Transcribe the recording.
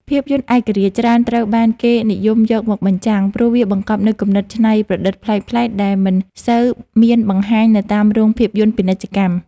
ភាពយន្តឯករាជ្យ ច្រើនត្រូវបានគេនិយមយកមកបញ្ចាំង ព្រោះវាបង្កប់នូវគំនិតច្នៃប្រឌិតប្លែកៗដែលមិនសូវមានបង្ហាញនៅតាមរោងភាពយន្តពាណិជ្ជកម្ម។